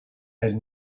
elle